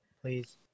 please